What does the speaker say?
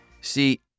See